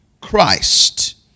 Christ